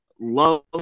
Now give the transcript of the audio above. Love